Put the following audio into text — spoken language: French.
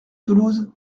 toulouse